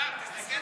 השר, תסתכל שם.